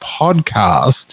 podcast